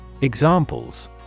Examples